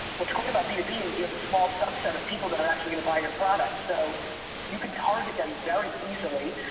what's great about b two b is you have a small subset of people that are actually gonna buy your products so you can target them very easily.